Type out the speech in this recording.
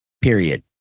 period